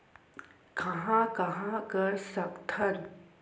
कहां कहां कर सकथन?